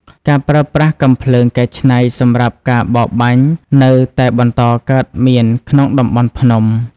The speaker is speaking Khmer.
ការប្រើប្រាស់កាំភ្លើងកែច្នៃសម្រាប់ការបរបាញ់នៅតែបន្តកើតមានក្នុងតំបន់ភ្នំ។